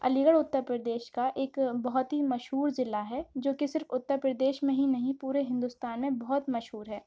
علی گڑھ اتر پردیش کا ایک بہت ہی مشہور ضلع ہے جو کہ صرف اتر پردیش میں ہی نہیں پورے ہندوستان میں بہت مشہور ہے